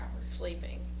Sleeping